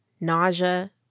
nausea